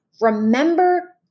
remember